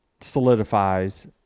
solidifies